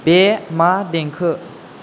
बे मा देंखो